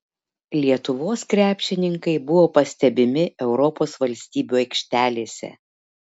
lietuvos krepšininkai buvo pastebimi europos valstybių aikštelėse